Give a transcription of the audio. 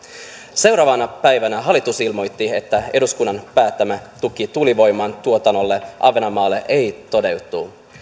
seuraavana päivänä hallitus ilmoitti että eduskunnan päättämä tuki tuulivoiman tuotannolle ahvenanmaalle ei toteudu